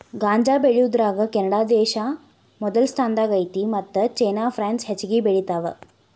ಗಾಂಜಾ ಬೆಳಿಯುದರಾಗ ಕೆನಡಾದೇಶಾ ಮೊದಲ ಸ್ಥಾನದಾಗ ಐತಿ ಮತ್ತ ಚೇನಾ ಪ್ರಾನ್ಸ್ ಹೆಚಗಿ ಬೆಳಿತಾವ